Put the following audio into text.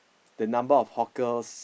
the number of hawkers